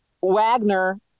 Wagner